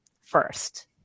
first